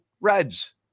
Reds